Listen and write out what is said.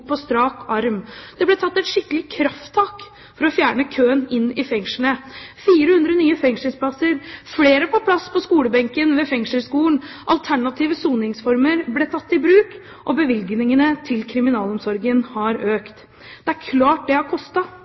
på strak arm. Det ble tatt et skikkelig krafttak for å fjerne køen inn i fengslene. 400 nye fengselsplasser, flere på plass på skolebenken ved Fengselsskolen og alternative soningsformer ble tatt i bruk, og bevilgningene til kriminalomsorgen har økt. Det er klart at det har